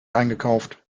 eingekauft